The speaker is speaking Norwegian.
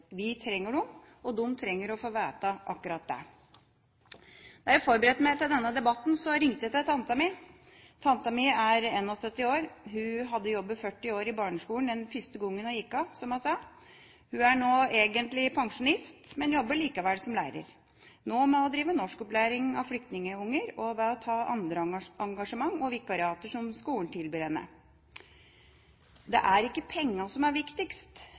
Vi trenger dem, og de trenger å få vite akkurat det. Da jeg forberedte meg til denne debatten, ringte jeg min tante. Tante er 71 år. Hun hadde jobbet 40 år i barneskolen den første gangen hun gikk av, som hun sa. Hun er nå egentlig pensjonist, men jobber likevel som lærer, nå med å drive norskopplæring av flyktningbarn og ved å ta andre engasjement og vikariater som skolen tilbyr henne. Det er ikke pengene som er viktigst,